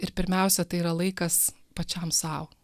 ir pirmiausia tai yra laikas pačiam sau